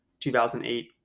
2008